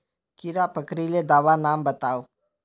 कीड़ा पकरिले दाबा नाम बाताउ?